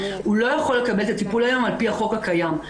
הוא לא יכול לקבל את הטיפול היום על פי החוק הקיים.